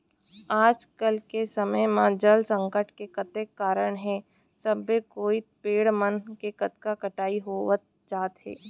आज के समे म जल संकट के कतेक कारन हे सबे कोइत पेड़ मन के कतका कटई होवत जात हे